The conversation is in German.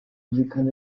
musikern